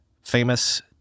famous